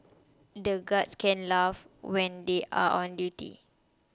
the guards can't laugh when they are on duty